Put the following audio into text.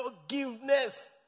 forgiveness